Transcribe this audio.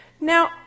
Now